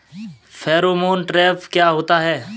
Pheromone trap क्या होता है?